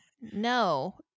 no